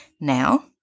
Now